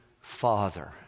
Father